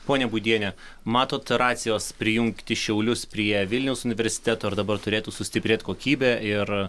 ponia būdiene matot racijos prijungti šiaulius prie vilniaus universiteto ir dabar turėtų sustiprėt kokybė ir